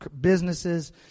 businesses